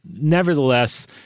nevertheless